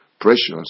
precious